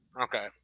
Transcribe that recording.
okay